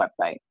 website